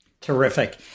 Terrific